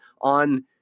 on